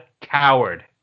Coward